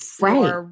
Right